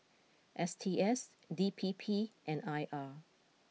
S T S D P P and I R